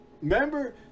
Remember